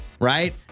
Right